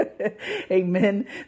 Amen